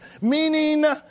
meaning